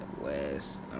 West